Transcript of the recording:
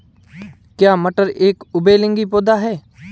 क्या मटर एक उभयलिंगी पौधा है?